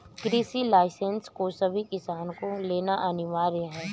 कृषि लाइसेंस को सभी किसान को लेना अनिवार्य है